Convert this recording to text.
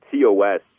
TOS